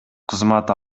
кызмат